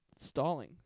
Stalling